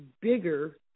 bigger